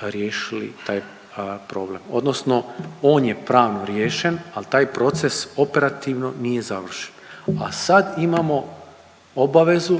riješili taj problem, odnosno on je pravno riješen, ali taj proces operativno nije završen. A sad imamo obavezu